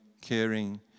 caring